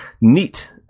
neat